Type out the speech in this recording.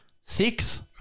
six